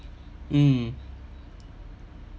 mm